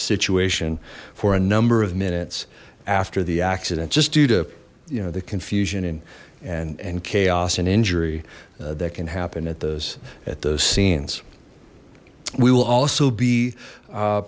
situation for a number of minutes after the accident just due to you know the confusion and chaos and injury that can happen at those at those scenes we will also be